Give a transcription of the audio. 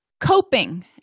Coping